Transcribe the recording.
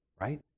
right